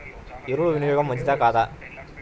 ఎరువుల వినియోగం మంచిదా కాదా?